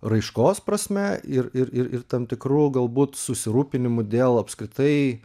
raiškos prasme ir ir ir tam tikrų galbūt susirūpinimų dėl apskritai